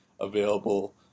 available